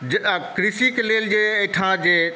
कृषिक लेल जे एहिठाम जे